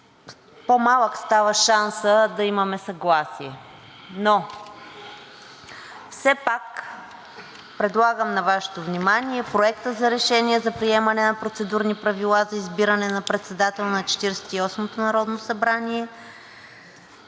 по-малък става шансът да имаме съгласие, но все пак предлагам на Вашето внимание Проекта за решение за приемане на процедурни правила за избиране на председател на Четиридесет и